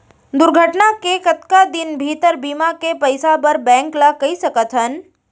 दुर्घटना के कतका दिन भीतर बीमा के पइसा बर बैंक ल कई सकथन?